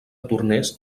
tornés